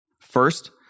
First